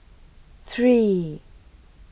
three